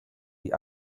die